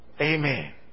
Amen